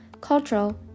cultural